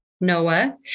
Noah